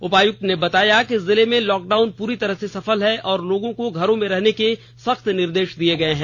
उपायुक्त ने बताया कि जिले में लॉकडाउन पूरी तरह सफल है और लोगों को घरों में रहने के सख्त निर्देष दिये गये हैं